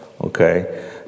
Okay